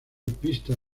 pistas